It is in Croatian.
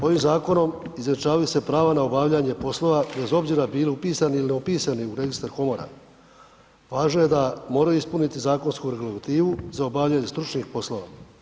Ovim zakonom izjednačavaju se prava na obavljanje poslova bez obzira bili upisani ili ne upisani u registar komora, važno je da moraju ispuniti zakonsku regulativu za obavljanje stručnih poslova.